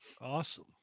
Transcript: Awesome